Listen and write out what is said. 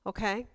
Okay